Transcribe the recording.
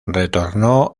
retornó